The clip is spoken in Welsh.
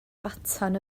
baton